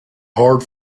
hard